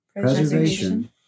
preservation